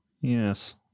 Yes